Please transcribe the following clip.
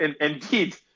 Indeed